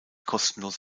kostenlos